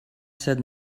said